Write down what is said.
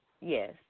yes